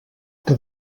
que